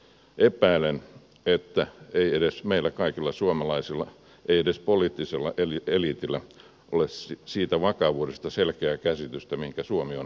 epäilen että meillä kaikilla suomalaisilla ei edes poliittisella eliitillä ole selkeää käsitystä siitä vakavuudesta mihinkä suomi on ajautumassa